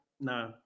no